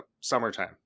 summertime